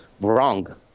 wrong